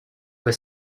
over